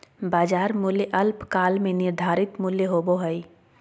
बाजार मूल्य अल्पकाल में निर्धारित मूल्य होबो हइ